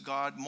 God